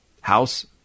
House